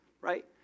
right